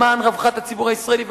למען רווחת הציבור הישראלי,